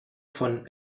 von